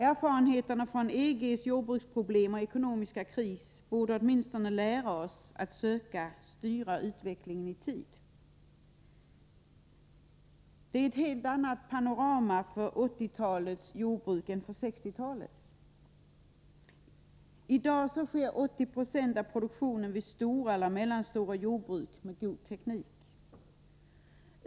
Erfarenheterna från EG:s jordbruksproblem och ekonomiska kris borde åtminstone lära oss att söka styra utvecklingen i tid. Det är ett helt annat panorama för 1980-talets jordbruk än för 1960-talets. I dag sker 80 90 av produktionen vid stora eller mellanstora jordbruk med god teknik.